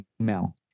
email